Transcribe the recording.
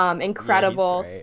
Incredible